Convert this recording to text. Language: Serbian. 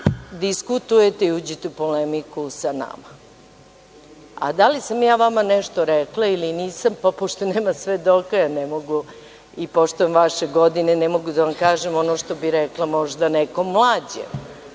i diskutujete i uđete u polemiku sa nama. Da li sam ja vama nešto rekla ili nisam, pa pošto nemam svedoka, i poštujem vaše godine, ne mogu da vam kažem ono što bih rekla možda nekom mlađem,